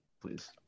please